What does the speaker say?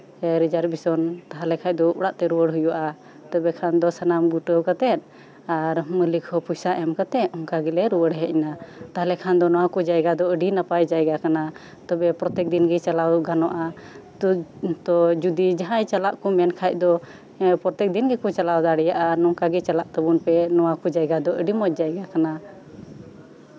reservation ᱛᱟᱦᱞᱮ ᱠᱷᱟᱡ ᱫᱚ ᱚᱲᱟᱜᱛᱮ ᱨᱩᱣᱟᱹᱲ ᱦᱩᱭᱩᱜᱼᱟ ᱛᱚᱵᱮ ᱠᱷᱟᱱ ᱫᱚ ᱥᱟᱱᱟᱢ ᱜᱩᱴᱟᱹᱣ ᱠᱟᱛᱮᱜ ᱟᱨ ᱢᱟᱹᱞᱤᱠ ᱦᱚᱸ ᱯᱚᱭᱥᱟ ᱮᱢ ᱠᱟᱛᱮᱜ ᱚᱱᱠᱟ ᱜᱮᱞᱮ ᱨᱩᱣᱟᱹᱲ ᱦᱮᱡ ᱱᱟ ᱛᱟᱦᱞᱮ ᱠᱷᱟᱱ ᱫᱚ ᱱᱚᱣᱟ ᱠᱚ ᱡᱟᱭᱜᱟ ᱫᱚ ᱟᱹᱰᱤ ᱱᱟᱯᱟᱭ ᱡᱟᱭᱜᱟ ᱠᱟᱱᱟ ᱛᱚᱵᱮ ᱯᱨᱚᱛᱮᱠ ᱫᱤᱱᱜᱮ ᱪᱟᱞᱟᱣ ᱜᱟᱱᱚᱜᱼᱟ ᱛᱳ ᱡᱚᱫᱤ ᱡᱟᱸᱦᱟᱭ ᱪᱟᱞᱟᱜ ᱠᱷᱟᱡ ᱫᱚ ᱯᱨᱚᱛᱮᱠ ᱫᱤᱱ ᱜᱮᱠᱚ ᱪᱟᱞᱟᱣ ᱫᱟᱲᱮᱭᱟᱜᱼᱟ ᱱᱚᱝᱠᱟ ᱜᱮ ᱪᱟᱞᱟᱜ ᱛᱟᱵᱳᱱ ᱯᱮ ᱱᱚᱣᱟ ᱠᱚ ᱡᱟᱭᱜᱟ ᱫᱚ ᱟᱹᱰᱤ ᱢᱚᱸᱡ ᱡᱟᱭᱜᱟ ᱠᱟᱱᱟ